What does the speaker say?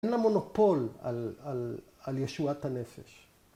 ‫אין לה מונופול על ישועת הנפש.